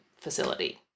facility